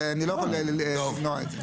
אני לא יכול למנוע את זה.